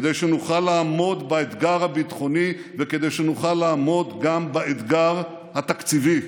כדי שנוכל לעמוד באתגר הביטחוני וכדי שנוכל לעמוד גם באתגר התקציבי.